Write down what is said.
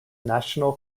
national